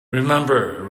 remember